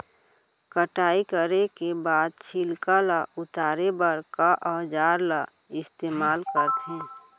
कटाई करे के बाद छिलका ल उतारे बर का औजार ल इस्तेमाल करथे?